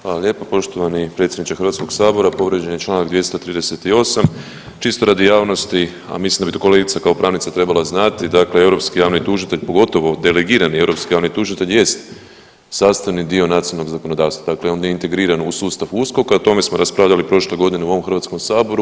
Hvala lijepa poštovani predsjedniče Hrvatskog sabora, povrijeđen je Članak 238., čisto radi javnosti, a mislim da bi to kolegica kao pravnica trebala znati, dakle europski javni tužitelj, pogotovo delegirani javni tužitelj jest sastavni dio nacionalnog zakonodavstva, on je integriran u sustav USKOKA, o tome smo raspravljali prošle godine u ovom Hrvatskom saboru.